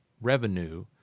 revenue